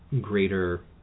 greater